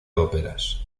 óperas